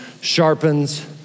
sharpens